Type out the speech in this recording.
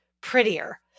prettier